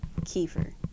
Kiefer